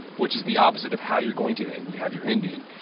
which is the opposite of how you're going to end. and you have your ending,